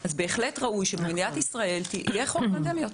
בהחלט ראוי שבמדינת ישראל יהיה חוק פנדמיות.